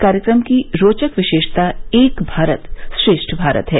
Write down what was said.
कार्यक्रम की रोचक विशेषता एक भारत श्रेष्ठ भारत है